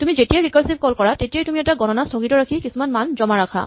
তুমি যেতিয়াই recursive call কৰা তেতিয়াই তুমি এটা গণনা স্হগিত ৰাখি কিছুমান মান জমা ৰাখা